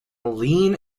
lean